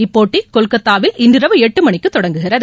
இப்போட்டி கொல்கத்தாவில் இன்றிரவு எட்டு மணிக்கு தொடங்குகிறது